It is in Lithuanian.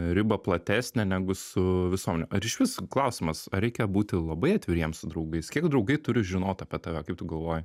ribą platesnę negu su visuomene ar išvis klausimas ar reikia būti labai atviriems su draugais kiek draugai turi žinot apie tave kaip tu galvoji